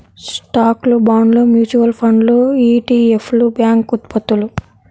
స్టాక్లు, బాండ్లు, మ్యూచువల్ ఫండ్లు ఇ.టి.ఎఫ్లు, బ్యాంక్ ఉత్పత్తులు